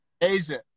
Asia